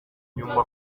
nyuma